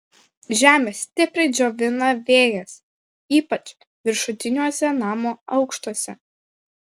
žemę stipriai džiovina vėjas ypač viršutiniuose namo aukštuose